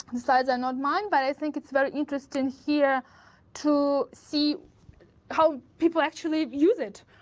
the slides are not mine, but i think it's very interesting here to see how people actually use it.